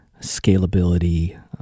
scalability